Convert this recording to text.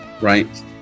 right